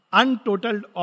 untotaled